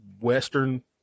Western